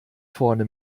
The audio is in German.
vorne